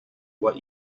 what